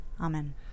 Amen